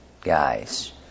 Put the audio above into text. guys